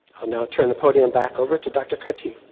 i'll now turn the podium back over to dr. cartee.